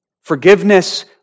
Forgiveness